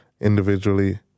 individually